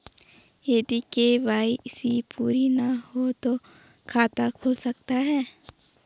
यदि के.वाई.सी पूरी ना हो तो खाता खुल सकता है?